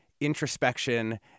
introspection